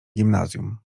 gimnazjum